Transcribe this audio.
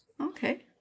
Okay